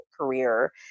career